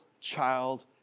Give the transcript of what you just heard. child